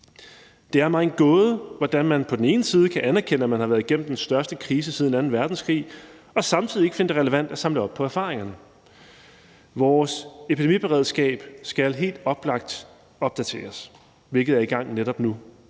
det er mig en gåde, hvordan man på den ene side kan erkende, at man kan har været igennem den største krise siden anden verdenskrig, og man samtidig ikke finder det relevant at samle op på erfaringerne. Vores epidemiberedskab skal helt oplagt opdateres, hvilket er i gang netop nu.